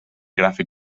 gràfic